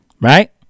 right